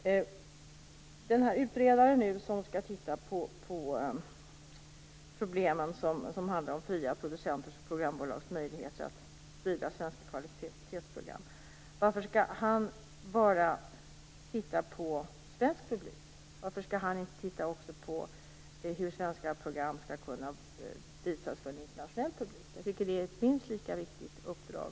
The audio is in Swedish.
En utredare skall ju se på de problem som finns i fråga om fria producenters och programbolags möjlighet att sprida svenska kvalitetsprogram. Men varför skall han bara studera spridning av programmen till svensk publik? Varför skall han inte också se på hur svenska program skall kunna visas för en internationell publik? Det är ett minst lika viktigt uppdrag.